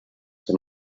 dem